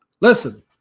listen